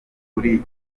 kuri